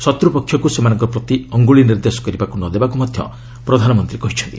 ଶତ୍ରପକ୍ଷକୁ ସେମାନଙ୍କ ପ୍ରତି ଅଙ୍ଗୁଳି ନିର୍ଦ୍ଦେଶ କରିବାକୁ ନ ଦେବାକୁ ମଧ୍ୟ ପ୍ରଧାନମନ୍ତ୍ରୀ କହିଛନ୍ତି